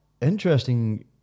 interesting